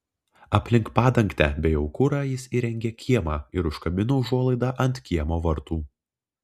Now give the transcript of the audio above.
aplink padangtę bei aukurą jis įrengė kiemą ir užkabino užuolaidą ant kiemo vartų